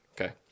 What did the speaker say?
Okay